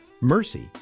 Mercy